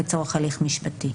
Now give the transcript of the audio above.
לצורך הליך משפטי.